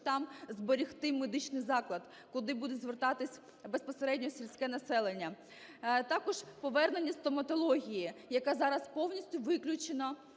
там зберегти медичний заклад, куди буде звертатись безпосередньо сільське населення. Також повернення стоматології, яка зараз повністю виключена